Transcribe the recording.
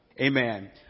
Amen